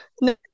No